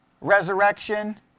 resurrection